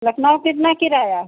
लखनऊ कितना किराया है